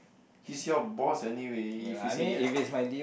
he's your boss anyway if he say yes